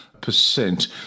percent